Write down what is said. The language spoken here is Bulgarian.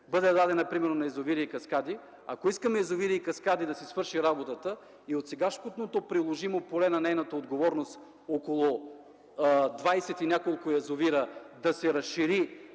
бъде дадена на „Язовири и каскади”, ако искаме „Язовири и каскади” да си свърши работата и от сегашното приложимо поле на нейната отговорност около двадесет и няколко язовира да се разшири